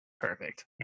Perfect